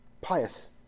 pious